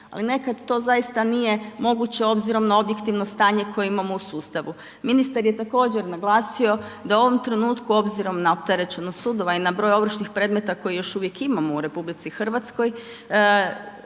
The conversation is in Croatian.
ali nekad to zaista nije moguće obzirom na objektivno stanje koje imamo u sustavu. Ministar je također naglasio da u ovom trenutku obzirom na opterećenost sudova i na broj ovršnih predmeta koje još uvijek imamo u RH vraćanjem